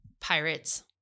Pirates